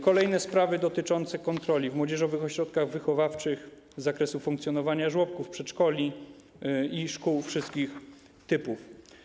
Kolejne sprawy to te dotyczące kontroli w młodzieżowych ośrodkach wychowawczych, z zakresu funkcjonowania żłobków, przedszkoli i szkół wszystkich typów.